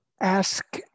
Ask